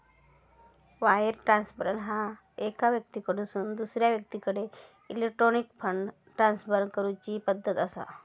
wire transfer ह्या एका व्यक्तीकडसून दुसरा व्यक्तीकडे इलेक्ट्रॉनिक फंड ट्रान्सफर करूची पद्धत असा